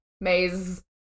Maze